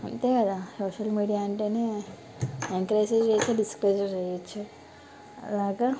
అంతే కదా social media అంటేనే ఎంకరేజ్ చెయ్యొచ్చు డిస్కరేజ్ చెయ్యొచ్చు అలాగా